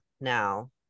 now